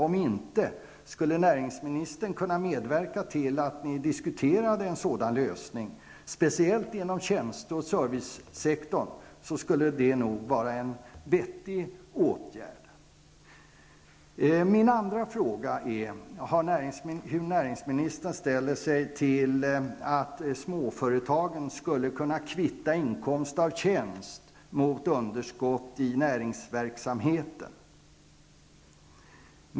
Om inte, skulle näringsministern kunna medverka till en diskussion om en sådan lösning, speciellt inom tjänste och servicesektorn? Det vore nog en vettig åtgärd. En annan fråga gäller hur näringsministern ställer sig till möjligheten för småföretagen att kvitta inkomst av tjänst mot underskott i näringsverksamheten.